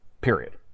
period